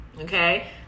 okay